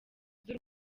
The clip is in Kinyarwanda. z’u